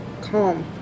calm